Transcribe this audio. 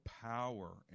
power